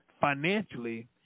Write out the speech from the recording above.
financially